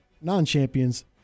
non-champions